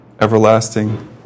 everlasting